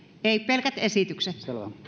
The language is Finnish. ei pelkät esitykset